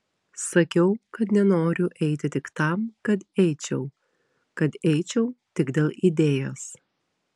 sakiau kad nenoriu eiti tik tam kad eičiau kad eičiau tik dėl idėjos